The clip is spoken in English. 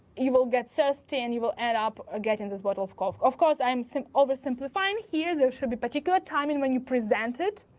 you will get thirsty and you will end up ah getting this bottle of coke. of course, i'm oversimplifying here, there should be particular timing when you present it,